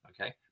Okay